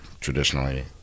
traditionally